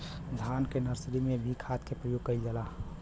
धान के नर्सरी में भी खाद के प्रयोग कइल जाला?